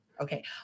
Okay